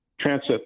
transit